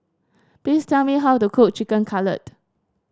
please tell me how to cook Chicken Cutlet